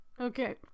okay